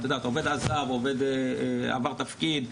עובד עזב, עובד עבר תפקיד,